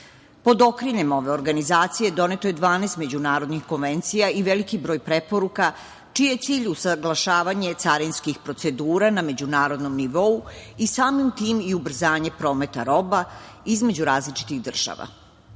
okriljem ove organizacije doneto je 12 međunarodnih konvencija i veliki broj preporuka čiji je cilj usaglašavanje carinskih procedura na međunarodnom nivou i samim tim i ubrzanje prometa roba između različitih država.